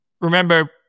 remember